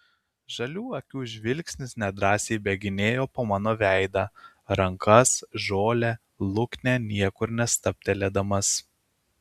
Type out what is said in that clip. žalių akių žvilgsnis nedrąsiai bėginėjo po mano veidą rankas žolę luknę niekur nestabtelėdamas